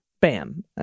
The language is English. bam